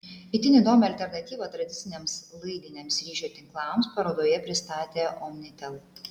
itin įdomią alternatyvą tradiciniams laidiniams ryšio tinklams parodoje pristatė omnitel